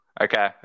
okay